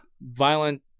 violent